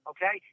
Okay